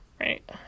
Right